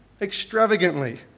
extravagantly